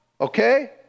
okay